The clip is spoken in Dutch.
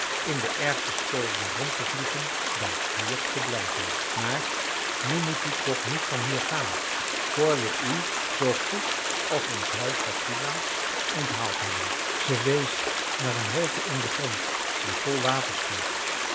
in den ergsten storm rond te vliegen dan hier te blijven maar nu moet u toch niet van hier gaan voor we u zoo goed als ons huis dat toelaat onthaald hebben zij wees naar een holte in den grond die vol water stond